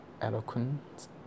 eloquent